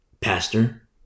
pastor